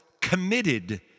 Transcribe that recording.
committed